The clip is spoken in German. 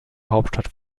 hauptstadt